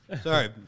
Sorry